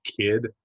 kid